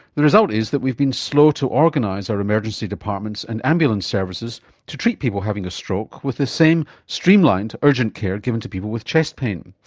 the result is that we've been slow to organise our emergency departments and ambulance services to treat people having a stroke with the same streamlined urgent care given to people with chest pain.